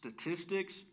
statistics